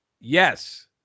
Yes